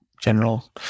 general